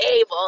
able